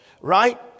right